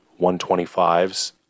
125s